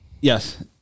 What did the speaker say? Yes